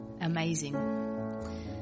amazing